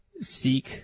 Seek